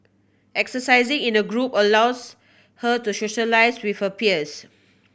exercising in a group allows her to socialise with her peers